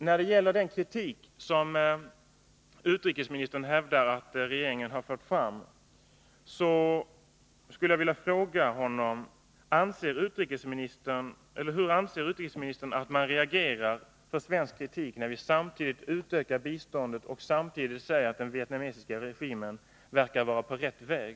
När det gäller den kritik som utrikesministern hävdar att regeringen har fört fram skulle jag slutligen vilja fråga: Hur tror utrikesministern att reaktionerna på svensk kritik blir, när vi samtidigt med att kritiken framförs utökar biståndet och säger att den vietnamesiska regimen verkar vara på rätt väg?